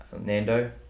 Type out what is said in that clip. Nando